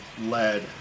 led